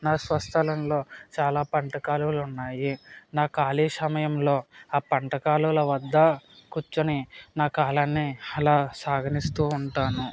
నా స్వస్థలంలో చాలా పంట కాలువలు ఉన్నాయి నా కాలి సమయంలో ఆ పంట కాలువల వద్ద కూర్చొని నా కాలాన్ని అలా సాగనిస్తూ ఉంటాను